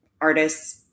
artists